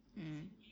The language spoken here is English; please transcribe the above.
mm